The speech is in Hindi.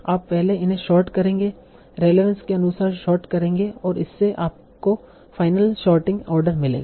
आप पहले इन्हें सॉर्ट करेंगे रेलेवंस के अनुसार सॉर्ट करेंगे और इससे आपको फाइनल सोर्टिंग आर्डर मिलेगा